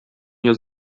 nie